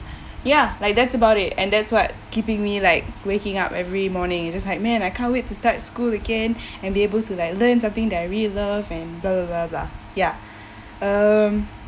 ya like that's about it and that's what keeping me like waking up every morning it just like man I can't wait to start school again and be able to like learn something that I really love and ya um